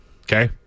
okay